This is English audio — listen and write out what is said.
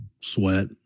Sweat